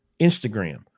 Instagram